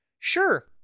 sure